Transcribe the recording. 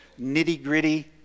nitty-gritty